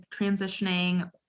transitioning